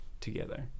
together